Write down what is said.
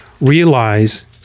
realize